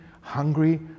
hungry